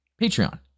Patreon